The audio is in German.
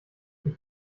ich